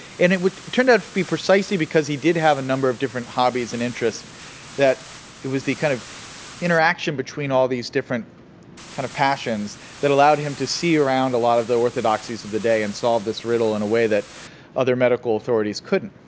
and it turned out to be precisely because he did have a number of different hobbies and interests that it was the kind of interaction between all these different kind of passions that allowed him to see around a lot of the orthodoxies of the day and solve this riddle in a way that other medical authorities couldn't.